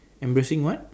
amazing what